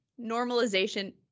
normalization